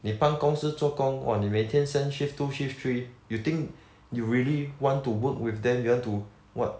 你帮公司做工 !wah! 你每天 send shift two shift three you think you really want to work with them you want to what